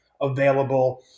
Available